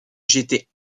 j’étais